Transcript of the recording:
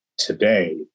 today